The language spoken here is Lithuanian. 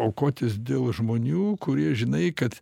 aukotis dėl žmonių kurie žinai kad